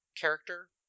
character